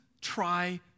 try